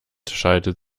schaltet